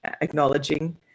acknowledging